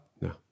No